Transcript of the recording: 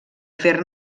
fer